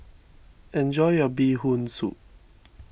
enjoy your Bee Hoon Soup